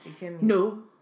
No